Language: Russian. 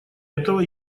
этого